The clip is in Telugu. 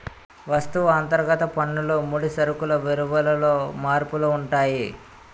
వస్తువు అంతర్గత పన్నులు ముడి సరుకులు విలువలలో మార్పులు ఉంటాయి